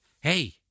hey